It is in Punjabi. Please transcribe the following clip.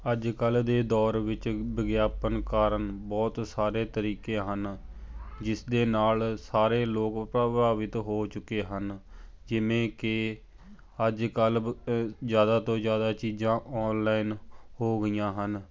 ਅੱਜ ਕੱਲ੍ਹ ਦੇ ਦੌਰ ਵਿੱਚ ਵਿਗਿਆਪਨ ਕਾਰਨ ਬਹੁਤ ਸਾਰੇ ਤਰੀਕੇ ਹਨ ਜਿਸਦੇ ਨਾਲ ਸਾਰੇ ਲੋਕ ਪ੍ਰਭਾਵਿਤ ਹੋ ਚੁੱਕੇ ਹਨ ਜਿਵੇਂ ਕਿ ਅੱਜ ਕੱਲ੍ਹ ਬ ਜ਼ਿਆਦਾ ਤੋਂ ਜ਼ਿਆਦਾ ਚੀਜ਼ਾਂ ਔਨਲਾਈਨ ਹੋ ਗਈਆਂ ਹਨ